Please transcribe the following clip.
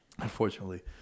Unfortunately